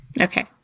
okay